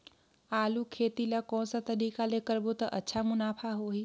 आलू खेती ला कोन सा तरीका ले करबो त अच्छा मुनाफा होही?